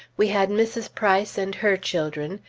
we had mrs. price and her children,